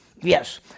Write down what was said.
yes